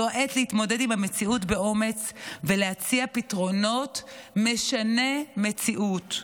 זו העת להתמודד עם המציאות באומץ ולהציע פתרונות משני מציאות,